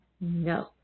No